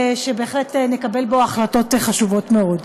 שבהחלט נקבל בו החלטות חשובות מאוד.